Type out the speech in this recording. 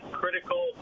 critical